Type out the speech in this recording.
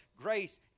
grace